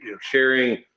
sharing